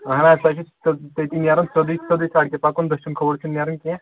اہن حظ تۄہہِ چھُو تٔتی نیرُن سیٛودٕے سیٛودٕے سڑکہِ پَکُن دٔچھُن کھووُر چھُنہٕ نیرُن کیٚنٛہہ